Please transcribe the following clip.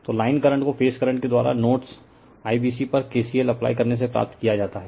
तो line current को phase current के द्वारा नोड्स IBC पर KCL अप्लाई करने से प्राप्त किया जाता हैं